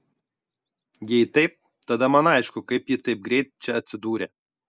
jei taip tada man aišku kaip ji taip greit čia atsidūrė